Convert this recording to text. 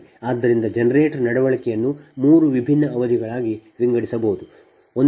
ಆದ್ದರಿಂದ ಜನರೇಟರ್ ನಡವಳಿಕೆಯನ್ನು ಮೂರು ವಿಭಿನ್ನ ಅವಧಿಗಳಾಗಿ ವಿಂಗಡಿಸಬಹುದು